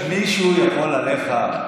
מישהו יכול עליך?